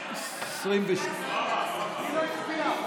22 --- מי לא הצביע?